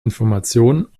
information